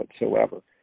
whatsoever